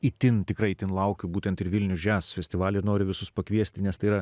itin tikrai ten laukiu būtent ir vilnius jazz festivalį nori visus pakviesti nes tai yra